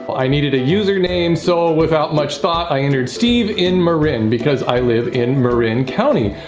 i needed a username, so without much thought i entered steve in marin because i live in marin county.